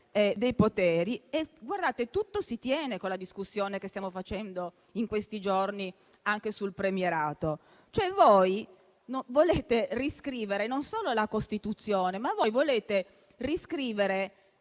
poteri e tutto si tiene con la discussione che stiamo facendo in questi giorni anche sul premierato. Voi volete riscrivere non solo la Costituzione, ma anni e anni